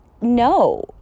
No